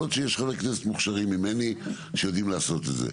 יכול להיות שיש חברי כנסת מוכשרים ממני שיודעים לעשות את זה,